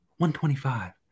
125